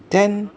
then